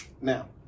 now